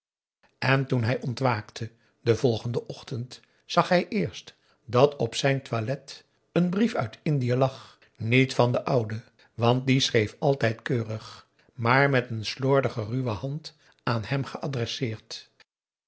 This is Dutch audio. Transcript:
en toen hij ontwaakte den volgenden ochtend zag hij eerst dat op zijn toilet een brief uit indië lag niet van den ouden want die schreef altijd keurig maar met een slordige ruwe hand aan hem